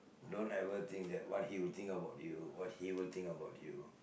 don't ever think that what he will think about you what he will think about you